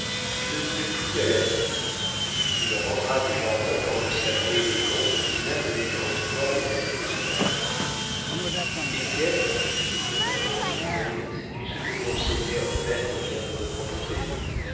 il ne crut plus à l'avenir il rentra du jardin dans le salon élégant où dinah venait de recevoir les adieux de son mari étienne dit madame de la baudraye sais-tu ce que mon seigneur et maître vient de me proposer